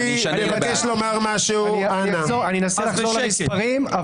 אני אנסה לחזור למספרים,